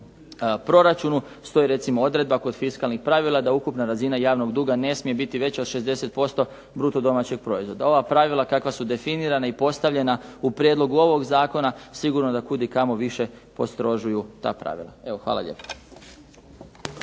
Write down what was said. proračunu stoji recimo odredba kod fiskalnih pravila da ukupna razina javnog duga ne smije biti veća od 60% bruto domaćeg proizvoda. Ova pravila kakva su definirana i postavljena u prijedlogu ovoga zakona sigurno da kud i kamo više postrožuju ta pravila. Evo, hvala lijepo.